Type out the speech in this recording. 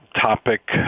topic